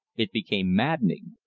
it became maddening.